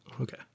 okay